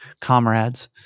comrades